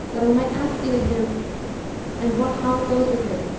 that i might ask thee of him and wot how it goes with him.